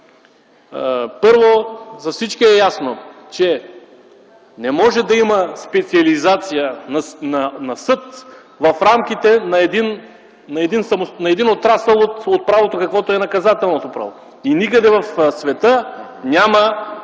Първо, за всички е ясно, че не може да има специализация на съд в рамките на един отрасъл от правото, каквото е наказателното право, и никъде в света няма